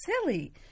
silly